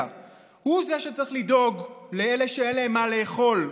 הוא שצריך לדאוג לאלה שאין להם מה לאכול.